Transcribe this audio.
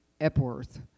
Epworth